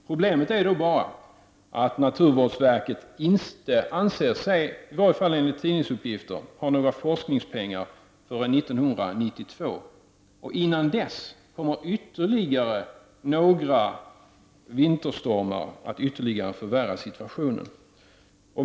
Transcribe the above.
Problemet är då bara att naturvårdsverket, i varje fall enligt tidningsuppgifter, inte anser sig ha några forskningspengar förrän 1992. Innan dess kommer några vinterstormar till att ytterligare förvärra situationen.